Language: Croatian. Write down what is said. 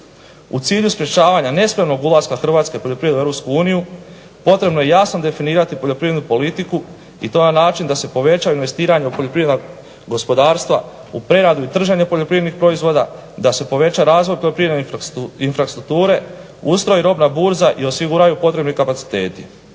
U cilju sprečavanja nespremnog ulaska hrvatske poljoprivrede u EU potrebno je jasno definirati poljoprivrednu politiku i to na način da se poveća investiranje u poljoprivredna gospodarstva u preradu i trženje poljoprivrednih proizvoda, da se poveća razvoj poljoprivredne infrastrukture, ustroji robna burza i osiguraju potrebni kapaciteti.